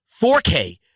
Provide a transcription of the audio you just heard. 4K